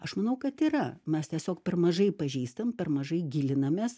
aš manau kad yra mes tiesiog per mažai pažįstam per mažai gilinamės